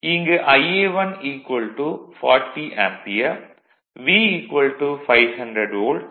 இங்கு Ia1 40 ampere V 500 volt